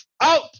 Out